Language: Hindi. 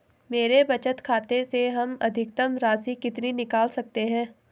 मेरे बचत खाते से हम अधिकतम राशि कितनी निकाल सकते हैं?